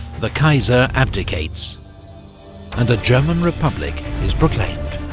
the kaiser abdicates and a german republic is proclaimed.